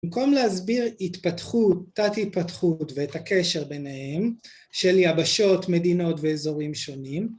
במקום להסביר התפתחות, תת-התפתחות ואת הקשר ביניהם, של יבשות, מדינות ואזורים שונים